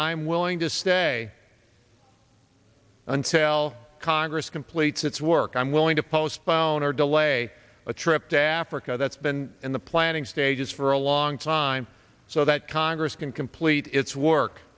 i'm willing to stay until congress completes its work i'm willing to postpone or delay a trip to africa that's been in the planning stages for a long time so that congress can complete its work